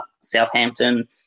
Southampton